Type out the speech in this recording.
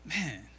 man